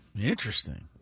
Interesting